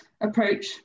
approach